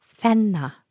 Fenna